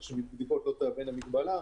כך שהבדיקות לא יהוו מגבלה.